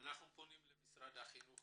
פונים גם למשרד החינוך